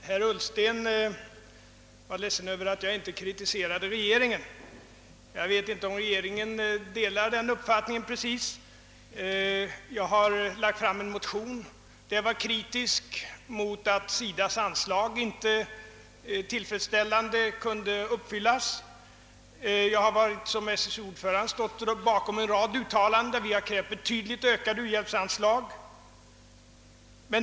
Herr talman! Herr Ullsten var ledsen över att jag inte kritiserade regeringen. Jag vet inte om regeringen delar den uppfattningen. Jag har lagt fram en motion. Den var kritisk mot att SIDA:s anslagskrav inte i tillfredsställande grad kunnat tillgodoses. Jag har som SSU:s ordförande stått bakom en rad uttalanden, där vi har krävt betydligt ökade uhjälpsanslag.